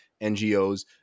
ngos